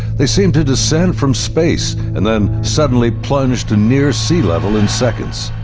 they seem to descend from space, and then suddenly plunge to near sea level in seconds.